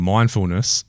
Mindfulness